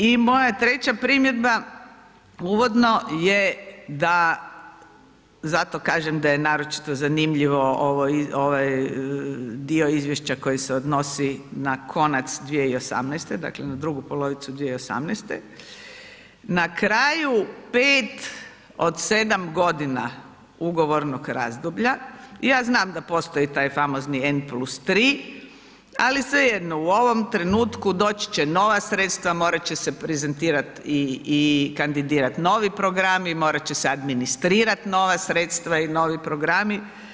I moja treća primjedba uvodno je da zato kažem da je naročito zanimljivo ovaj dio izvješća koji se odnosi na konac 2018. dakle na drugu polovicu 2018., na kraju 5 od 7 godina ugovornog razdoblja i ja znam da postoji taj famozni N+3 ali svejedno u ovom trenutku doći će nova sredstva, morati će se prezentirati i kandirati novi programi, morati će administrirati nova sredstva i novi programi.